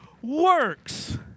works